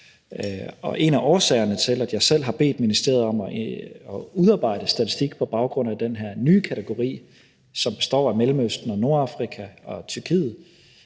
Og en af årsagerne til, at jeg selv har bedt ministeriet om at udarbejde statistik på baggrund af den her nye kategori, som består af Mellemøsten, Nordafrika og Tyrkiet,